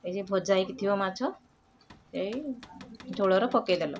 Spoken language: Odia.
ଏ ଯିଏ ଭଜା ହେଇକିଥିବ ମାଛ ଏଇ ଝୋଳର ପକେଇଦେଲ